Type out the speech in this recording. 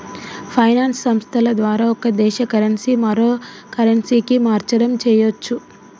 finance సంస్థల ద్వారా ఒక దేశ కరెన్సీ మరో కరెన్సీకి మార్చడం చెయ్యచ్చు